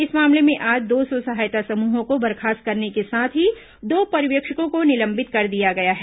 इस मामले में आज दो स्व सहायता समूहों को बर्खास्त करने के साथ ही दो पर्यवेक्षकों को निलंबित कर दिया गया है